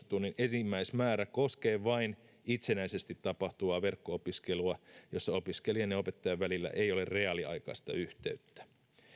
tunnin enimmäismäärä koskee vain itsenäisesti tapahtuvaa verkko opiskelua jossa opiskelijan ja opettajan välillä ei ole reaaliaikaista yhteyttä